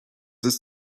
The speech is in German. ist